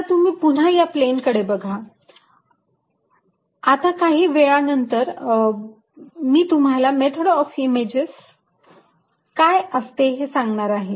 आता तुम्ही पुन्हा या प्लेन कडे बघा आता काही वेळानंतर मी तुम्हाला मेथड ऑफ इमेजेस काय असते हे सांगणार आहे